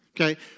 Okay